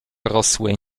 rosły